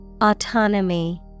Autonomy